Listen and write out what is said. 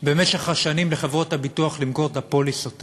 במשך השנים לחברות הביטוח למכור את הפוליסות האלה,